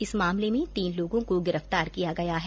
इस मामले में तीन लोगों को गिरफ्तार किया गया है